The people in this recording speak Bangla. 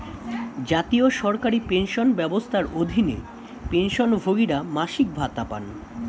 জাতীয় সরকারি পেনশন ব্যবস্থার অধীনে, পেনশনভোগীরা মাসিক ভাতা পান